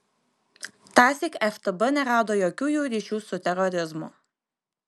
tąsyk ftb nerado jokių jų ryšių su terorizmu